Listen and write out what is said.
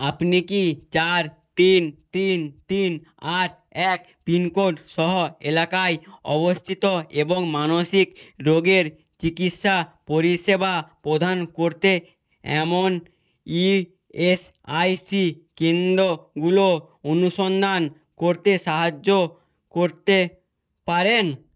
আপনি কি চার তিন তিন তিন আট এক পিন কোড সহ এলাকায় অবস্থিত এবং মানসিক রোগের চিকিৎসা পরিষেবা প্রদান করতে এমন ইএসআইসি কেন্দ্রগুলো অনুসন্ধান করতে সাহায্য করতে পারেন